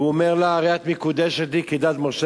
והוא אומר לה: "הרי את מקודשת לי כדת משה